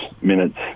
minutes